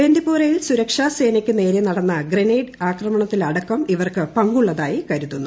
ബന്ദിപ്പോറയിൽ സുരക്ഷാസേനയ്ക്ക് നേരെ നടന്ന ഗ്രനേഡ് ആക്രമണത്തിലടക്കം ഇവർക്ക് പങ്കുള്ളതായി കരുതുന്നു